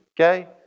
Okay